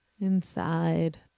inside